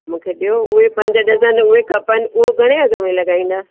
मूंखे ॾियो उहे पंज डज़न उहे खपनि उहो घणे अघ में लॻाईंदा